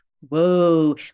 whoa